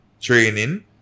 training